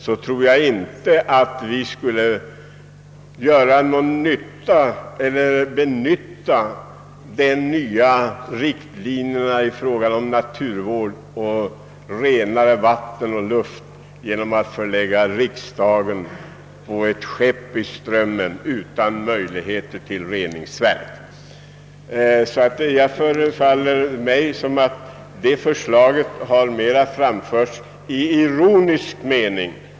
Jag tror inte att vi skulle kunna fullfölja riktlinjerna för naturvård, renare vatten och luft genom att förlägga riksdagen till ett skepp i Strömmen utan möjligheter till reningsverk. Det förefaller mig som om det förslaget har framförts i ironisk mening.